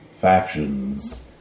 factions